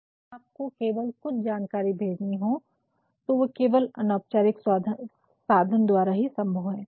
जब आपको केवल कुछ जानकारी भेजनी हो तो वो केवल अनौपचारिक साधन द्वारा ही संभव हैं